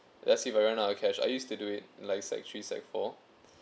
let's say if I run out of cash I used to do it like sec three sec four